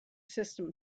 system